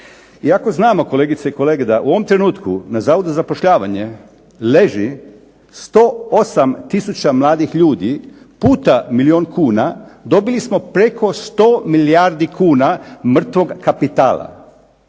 Iako znamo kolegice i kolege da u ovom trenutku na Zavodu za zapošljavanje leži 108 tisuća mladih ljudi, puta milijun kuna, dobili smo preko 100 milijardi kuna mrtvog kapitala.